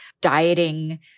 dieting